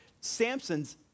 Samson's